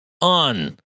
on